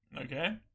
Okay